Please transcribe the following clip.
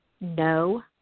no